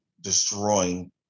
destroying